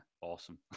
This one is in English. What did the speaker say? awesome